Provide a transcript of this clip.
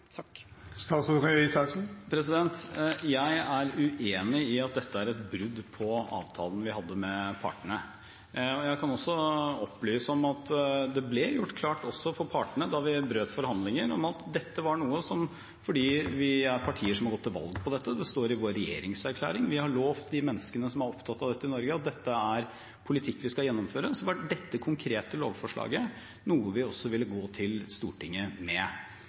Jeg er uenig i at dette er et brudd på avtalen vi hadde med partene. Jeg kan opplyse om at det også ble gjort klart for partene da vi brøt forhandlingene, at fordi vi er partier som har gått til valg på dette, det står i vår regjeringserklæring, vi har lovt de menneskene som er opptatt av dette i Norge, at dette er politikk vi skal gjennomføre, så var dette konkrete lovforslaget noe vi også ville gå til Stortinget med.